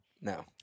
no